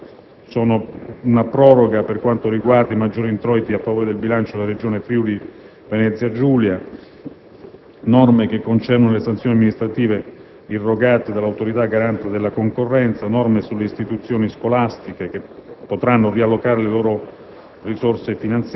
una proroga per quanto riguarda i maggiori introiti a favore del bilancio della Regione Friuli-Venezia Giulia e norme concernenti le sanzioni amministrative irrogate dall'Autorità garante della concorrenza; e ancora, norme sulle istituzioni scolastiche che potranno riallocare le proprie